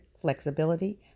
flexibility